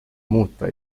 muuta